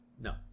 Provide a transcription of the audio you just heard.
No